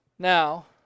Now